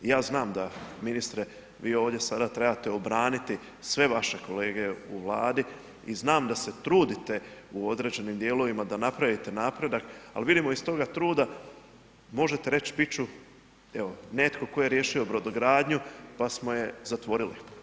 I ja znam da ministre vi ovdje sada trebate obraniti sve vaše kolege u Vladi i znam da se trudite u određenim dijelovima da napravite napredak, ali vidimo iz toga truda, možete reći biti ću evo netko tko je riješio brodogradnju pa smo je zatvorili.